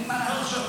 אין לי כוח.